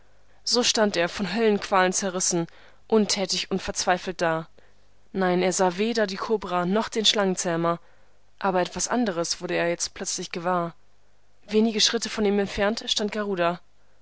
so stand er von höllenqualen zerrissen untätig und verzweifelt da nein er sah weder die kobra noch den schlangenzähmer aber etwas anderes wurde er jetzt plötzlich gewahr wenige schritte von ihm entfernt stand garuda